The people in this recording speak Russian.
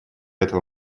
этого